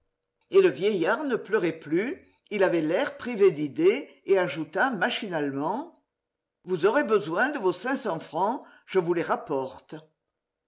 et le vieillard ne pleurait plus il avait l'air privé d'idée et ajouta machinalement vous aurez besoin de vos cinq cents francs je vous les rapporte